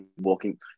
walking